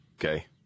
Okay